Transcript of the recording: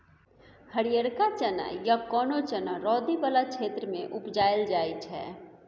हरियरका चना या कोनो चना रौदी बला क्षेत्र मे उपजाएल जाइ छै